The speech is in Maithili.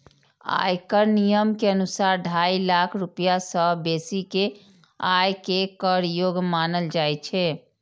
आयकर नियम के अनुसार, ढाई लाख रुपैया सं बेसी के आय कें कर योग्य मानल जाइ छै